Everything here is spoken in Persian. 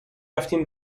رفتیم